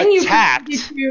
attacked